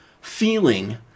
feeling